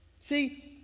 See